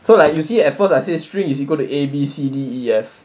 so like you see at first I say string is equal to A B C D E F